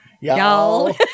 Y'all